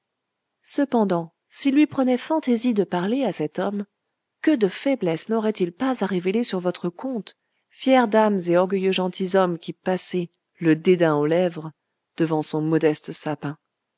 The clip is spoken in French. cependant s'il lui prenait fantaisie de parler à cet homme que de faiblesses n'aurait-il pas à révéler sur votre compte fières dames et orgueilleux gentilshommes qui passez le dédain aux lèvres devant son modeste sapin